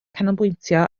canolbwyntio